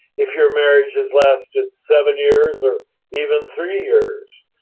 if your marriage has lasted seven years or even three years,